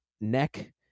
neck